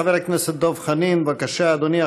חבר הכנסת דב חנין, בבקשה, אדוני.